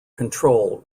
control